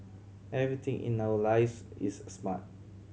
everything in our lives is smart